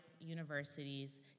universities